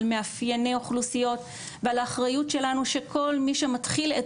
על מאפייני אוכלוסיות ועל האחריות שלנו שכל מי שמתחיל את